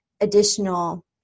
additional